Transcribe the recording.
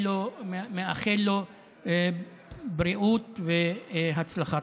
מאחל לו בריאות והצלחה.